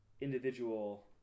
individual